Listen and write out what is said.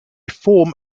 form